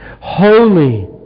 holy